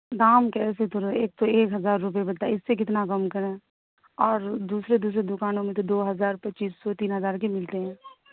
دام کیسے توڑیں ایک تو ایک ہزار روپئے بتائے اس سے کتنا کم کریں اور دوسرے دوسرے دوکانوں میں دو ہزار پچیس سو تین ہزار کے ملتے ہیں